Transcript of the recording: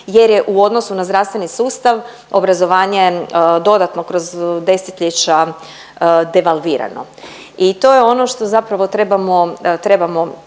jer je u odnosu na zdravstveni sustav obrazovanje dodatno kroz desetljeća devalvirano. I to je ono što zapravo trebamo, trebamo,